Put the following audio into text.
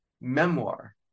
memoir